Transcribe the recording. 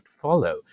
follow